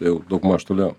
jau daugmaž toliau